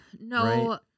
No